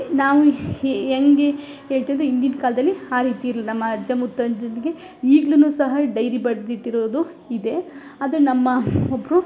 ನಾವು ಹಂಗೆ ಹೇಳ್ತಿದ್ದು ಹಿಂದಿನ ಕಾಲದಲ್ಲಿ ಆ ರೀತಿ ಇರ್ಲ ನಮ್ಮ ಅಜ್ಜ ಮುತ್ತಜ್ಜಂಗೆ ಈಗ್ಲು ಸಹ ಡೈರಿ ಬರೆದಿಟ್ಟಿರೋದು ಇದೆ ಅದು ನಮ್ಮ ಒಬ್ಬರು